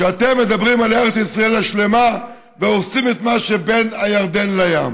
כשאתם מדברים על ארץ ישראל השלמה והורסים את מה שבין הירדן לים?